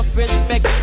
respect